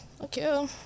okay